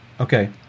Okay